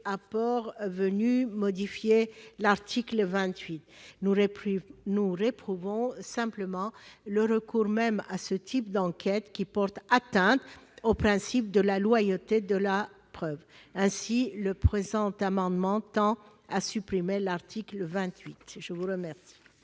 apports venus modifier l'article 28. Nous réprouvons simplement le recours même à ce type d'enquêtes qui portent atteinte au principe de la loyauté de la preuve. Aussi le présent amendement tend-il à supprimer l'article 28. La parole